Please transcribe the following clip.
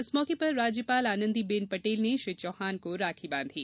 इस मौके पर राज्यपाल आनंदी बेन पटेल ने श्री चौहान को राखी बांधी